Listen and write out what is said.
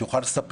שהוא יוכל לספר.